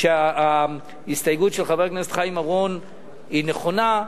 וההסתייגות של חבר הכנסת אורון היא נכונה,